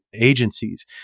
agencies